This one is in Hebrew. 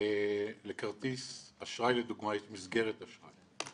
לכרטיס אשראי, לדוגמה, יש מסגרת אשראי.